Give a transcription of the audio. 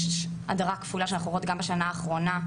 יש הדרה כפולה שאנחנו רואות גם בשנה האחרונה,